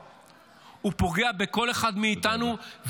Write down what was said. הוא פוגע בכל אחד מאיתנו.